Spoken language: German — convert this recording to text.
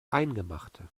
eingemachte